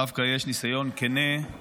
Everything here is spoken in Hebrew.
דווקא יש ניסיון כן לתקן,